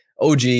OG